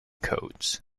codes